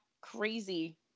Crazy